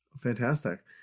Fantastic